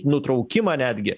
nutraukimą netgi